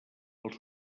els